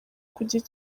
kugira